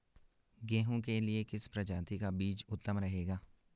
गेहूँ के लिए किस प्रजाति का बीज उत्तम रहेगा?